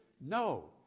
No